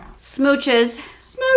Smooches